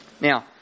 Now